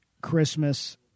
Christmas